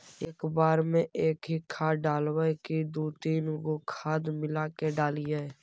एक बार मे एकही खाद डालबय की दू तीन गो खाद मिला के डालीय?